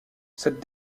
cette